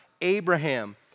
Abraham